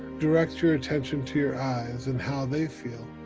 direct your attention to your eyes, and how they feel.